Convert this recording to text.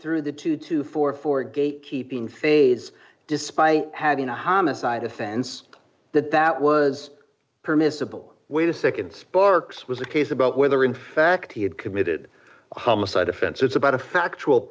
through the two to forty four gate keeping phase despite having a homicide offense that that was permissible way to nd sparks was a case about whether in fact he had committed homicide offense it's about a factual